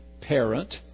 parent